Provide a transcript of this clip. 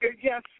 Yes